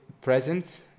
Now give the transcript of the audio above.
present